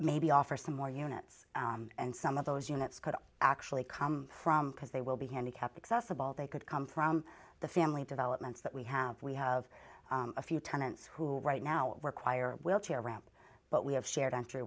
maybe offer some more units and some of those units could actually come from because they will be handicapped accessible they could come from the family developments that we have we have a few tenants who right now require will chair ramp but we have shared